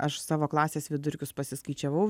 aš savo klasės vidurkius pasiskaičiavau